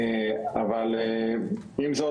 אבל עם זאת,